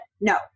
no